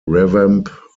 revamp